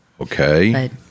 Okay